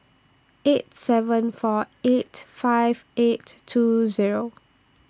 eight seven four eight five eight two Zero